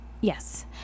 Yes